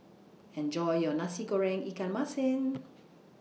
Enjoy your Nasi Goreng Ikan Masin